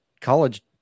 College